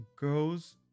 goes